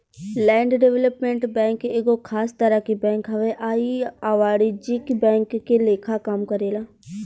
land development bank एगो खास तरह के बैंक हवे आ इ अवाणिज्यिक बैंक के लेखा काम करेला